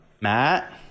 Matt